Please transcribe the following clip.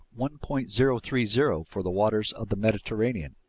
one point zero three zero for the waters of the mediterranean